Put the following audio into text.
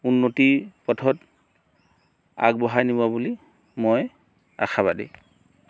উন্নতিৰ পথত আগবঢ়াই নিবা বুলি মই আশাবাদী